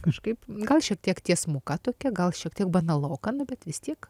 kažkaip gal šiek tiek tiesmuka tokia gal šiek tiek banaloka nu bet vis tiek